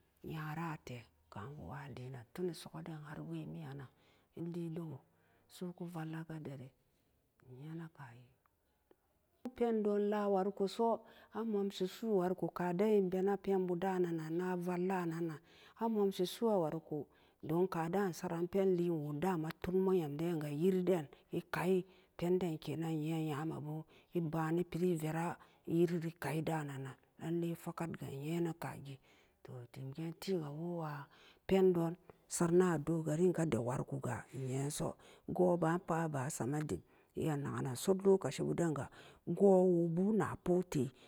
Nyorate ka'an wo alien-nom tuni sagga den har wemi-nyan nan elie dogo su'uku valla kaderi nyenaka geen pendon laa warikoso a monasi su'u wariko kaden ebena penbu do'unna nan avallanan-nan a momsi gu'awariko donkada'an ensaran penlienwo dama tun mo'u nyamdenga yiriden ekai penden kenan nye-nyamebu eba'an epiri vera yiri-ri kaida'an nan lallai fakaktga en-nyena kagito dim geentiga woo-wa pendon saranan adogarin kade warikoga nyeso goo ba'an pag aban samadim iya naganan so lokacibu denga goo-woo bu napote.